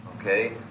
okay